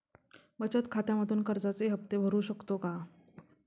बचत खात्यामधून कर्जाचे हफ्ते भरू शकतो का?